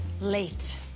late